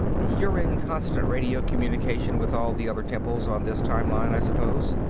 you're in constant radio communication with all the other temples on this time-line, i suppose?